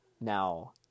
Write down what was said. now